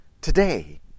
today